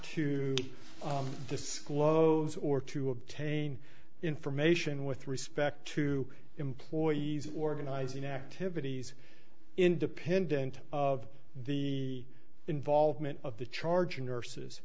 to disclose or to obtain information with respect to employees organizing activities independent of the involvement of the charging nurses